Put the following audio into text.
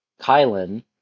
Kylan